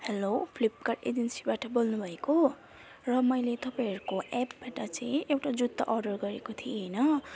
hello Flipkart एजेन्सीबाट बोल्नु भएको र मैले तपाईँहरूको एपबाट चाहिँ एउटा जुत्ता अर्डर गरेको थिएँ होइन